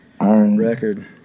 record